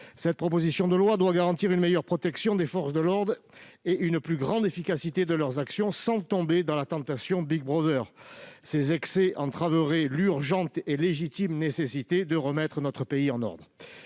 Cette proposition de loi doit garantir une meilleure protection des forces de l'ordre et une plus grande efficacité de leurs actions sans tomber dans la tentation de Big Brother. Ces excès entraveraient les efforts légitimes qu'il est urgent et nécessaire de